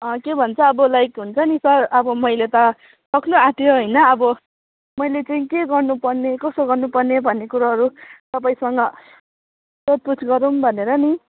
के भन्छ अब लाइक हुन्छ नि सर अब मैले त सक्नु आँट्यो होइन अब मैले चाहिँ के गर्नु पर्ने कसो गर्नु पर्ने भन्ने कुराहरू तपाईसँग सोधपुछ गरौँ भनेर नि